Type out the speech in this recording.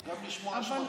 גם לשמוע השמצות,